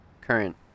Current